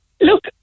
look